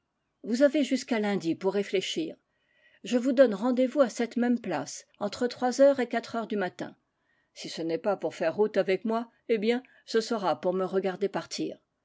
vous avez jusqu'à lundi pour réfléchir je vous donne rendez vous à cette même place entre trois heures et quatre heures du matin si ce n'est pas pour faire route avec moi eh bien ce sera pour me regarder partir